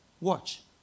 watch